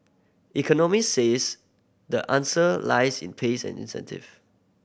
economist says the answer lies in pays and incentive